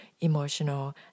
emotional